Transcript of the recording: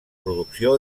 producció